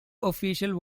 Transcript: official